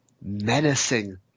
menacing